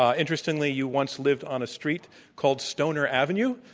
ah interestingly, you once lived on a street called stoner avenue.